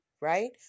right